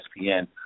ESPN